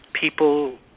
people